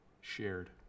shared